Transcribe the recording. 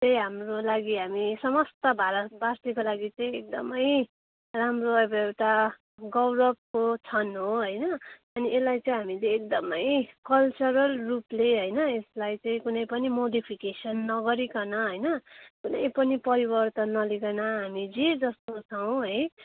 त्यही हाम्रो लागि हामी समस्त भारतबासीको लागि चाहिँ एकदमै राम्रो अब एउटा गौरवको क्षण हो हैन अनि यसलाई चाहिँ हामीले एकदमै कल्चरल रूपले हैन यसलाई चाहिँ कुनै पनि मोडिफिकेसन नगरिकन हैन कुनै पनि परिवर्तन नल्याइकन हामी जे जस्तो छौँ है